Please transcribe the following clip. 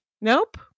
Nope